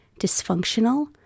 dysfunctional